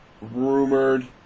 Rumored